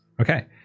Okay